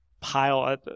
pile